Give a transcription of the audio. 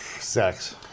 Sex